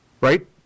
right